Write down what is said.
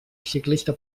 ciclista